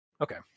Okay